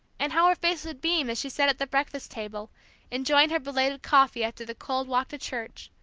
and how her face would beam, as she sat at the breakfast-table, enjoying her belated coffee, after the cold walk to church,